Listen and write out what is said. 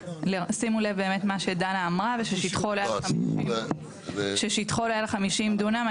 שימו לב באמת מה שדנה אמרה וששטחו עולה על 50 דונם.